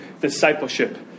discipleship